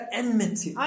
enmity